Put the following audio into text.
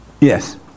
Yes